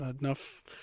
enough